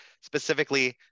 specifically